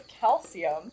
calcium